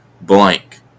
blank